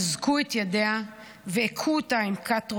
אזקו את ידיה והכו אותה עם קת רובה.